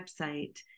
website